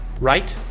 right?